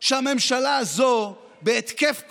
שהממשלה הזאת בהתקף קורבני: